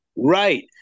Right